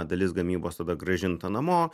dalis gamybos tada grąžinta namo